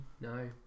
no